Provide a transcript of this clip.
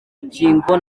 rukingo